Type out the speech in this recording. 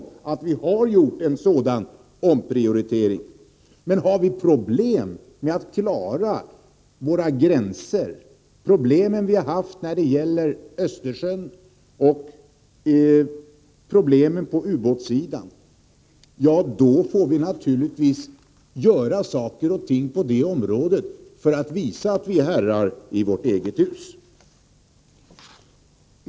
Detta kan kanske säga någonting om omprioriteringen, men har vi ändå problem med att klara våra gränser — beträffande Östersjön och på ubåtssidan — får vi naturligtvis göra saker och ting på det området för att visa att vi är herrar i vårt eget hus.